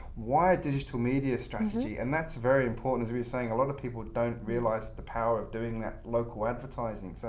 why digital media strategy? and that's very important. as we were saying, a lot of people don't realize the power of doing that local advertising. so